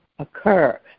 occur